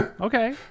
Okay